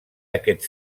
aquest